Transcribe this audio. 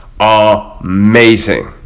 amazing